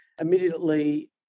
Immediately